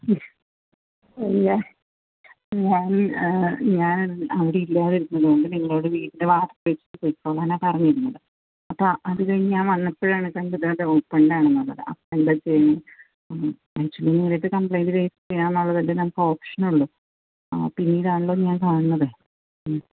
മ്മ് അല്ല ഞാൻ ഞാൻ അവിടെ ഇല്ലാതിരുന്നത് കൊണ്ട് നിങ്ങളോട് വീടിൻ്റെ വാതിൽക്കൽ വെച്ചിട്ട് പോയിക്കോളാനാണ് പറഞ്ഞിരുന്നത് അപ്പം അത് കഴിഞ്ഞ് ഞാൻ വന്നപ്പഴാണ് തൻ്റെ ഇതിൻ്റെ ഓപ്പൻഡ് ആണെന്ന് പറഞ്ഞത് അപ്പോൾ എന്താ ചെയ്യും ആക്ച്യുലി കംപ്ലെയിന്റ് രജിസ്റ്റർ ചെയ്യുക എന്നുള്ളതല്ലേ ഞങ്ങൾക്ക് ഓപ്ഷൻ ഉള്ളു പിന്നീടാണല്ലോ ഞാൻ കാണുന്നത് മ്മ്